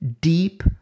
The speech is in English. deep